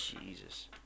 Jesus